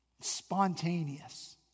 spontaneous